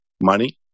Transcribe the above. money